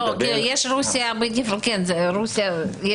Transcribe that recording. כן, זה רוסיה.